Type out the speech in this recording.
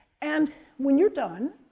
and when you're done,